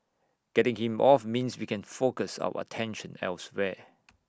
getting him off means we can focus our attention elsewhere